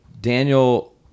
Daniel